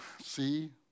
see